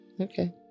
Okay